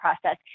process